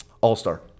All-Star